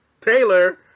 Taylor